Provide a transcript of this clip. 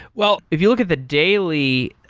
well, if you look at the daily,